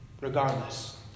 regardless